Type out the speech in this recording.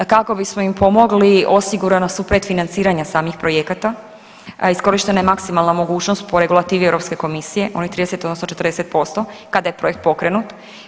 Kako bismo im pomogli osigurana su predfinanciranja samih projekata, a iskorištena je maksimalna mogućnost po regulativi Europske komisije, onih 30 odnosno 40% kada je projekt pokrenut.